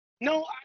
No